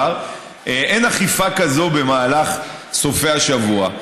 אין אכיפה כזאת במהלך סופי השבוע.